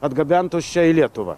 atgabentos čia į lietuvą